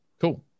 cool